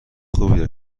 خوبی